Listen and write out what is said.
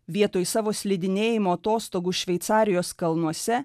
vietoj savo slidinėjimo atostogų šveicarijos kalnuose